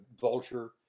vulture